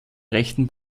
rechten